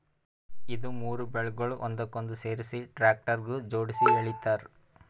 ಇದು ಮೂರು ಬೇಲ್ಗೊಳ್ ಒಂದಕ್ಕೊಂದು ಸೇರಿಸಿ ಟ್ರ್ಯಾಕ್ಟರ್ಗ ಜೋಡುಸಿ ಎಳಿತಾರ್